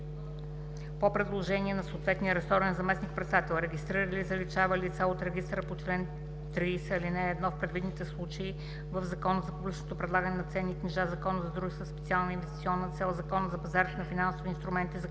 по предложения на съответния ресорен заместник-председател регистрира или заличава лица от регистъра по чл. 30, ал. 1 в предвидените случаи в Закона за публичното предлагане на ценни книжа, Закона за дружествата със специална инвестиционна цел, Закона за пазарите на финансови инструменти,